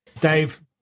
Dave